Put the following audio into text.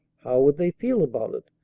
how would they feel about it?